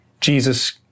Jesus